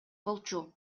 болчу